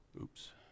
Oops